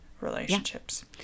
relationships